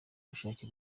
bushake